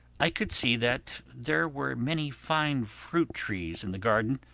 i could see that there were many fine fruit trees in the garden,